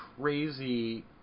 crazy